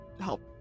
help